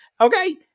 okay